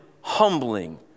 humbling